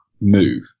move